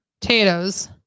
Potatoes